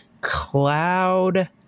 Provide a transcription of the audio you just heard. cloud